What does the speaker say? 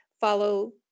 follow